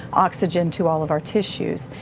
oxygen to all of our tissues.